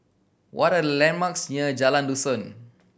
what are landmarks near Jalan Dusun